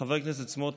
חבר הכנסת סמוטריץ',